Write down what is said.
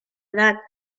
edat